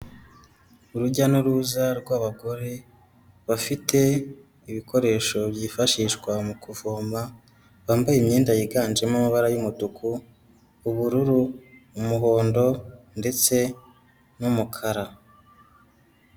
Urujya n'uruza rw'abagore bafite ibikoresho byifashishwa mu kuvoma, bambaye imyenda yiganjemo amabara y'umutuku, ubururu, umuhondo ndetse n'umukara.